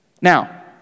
Now